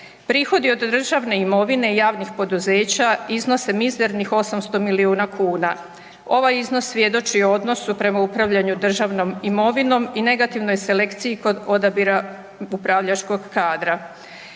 Prihodi od državne imovine i javnih poduzeća iznose mizernih 800 milijuna kuna. Ovaj iznos svjedoči o odnosu prema upravljanju državnom imovinom i negativnoj selekciji kod odabira upravljačko kadra.